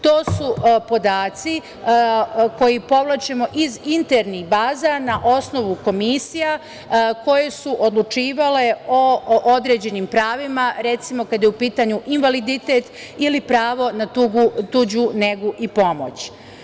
To su podaci koje povlačimo iz internih baza na osnovu komisija koje su odlučivale o određenim pravima, recimo kada je u pitanju invaliditet ili pravo na tuđu negu i pomoć.